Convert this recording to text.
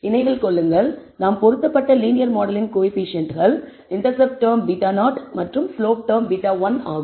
நினைவில் கொள்ளுங்கள் நாம் பொருத்தப்பட்ட லீனியர் மாடலின் கோயபிசியன்ட்கள் இண்டெர்செப்ட் டெர்ம் β0 மற்றும் ஸ்லோப் டெர்ம் β1 ஆகும்